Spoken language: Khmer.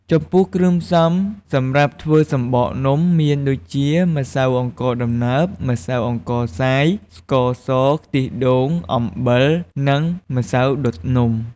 ចំំពោះគ្រឿងផ្សំសម្រាប់ធ្វើសំបកនំ មានដូចជា ម្សៅអង្ករដំណើប ម្សៅអង្ករខ្សាយ ស្ករស ខ្ទិះដូង អំបិល និងម្សៅដុតនំ។